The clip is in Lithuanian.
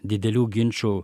didelių ginčų